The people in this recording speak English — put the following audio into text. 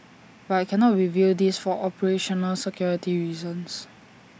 but I cannot reveal this for operational security reasons